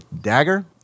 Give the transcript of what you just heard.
dagger